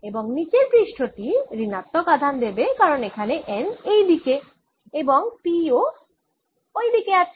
এবং নীচের পৃষ্ঠটি ঋণাত্মক আধান দেবে কারণ এখানে n এই দিকে এবং P ও এই দিকে আছে